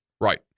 right